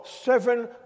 seven